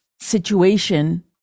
situation